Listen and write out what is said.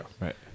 right